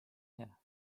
hea